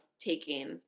taking